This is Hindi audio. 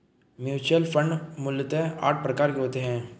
म्यूच्यूअल फण्ड मूलतः आठ प्रकार के होते हैं